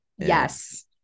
yes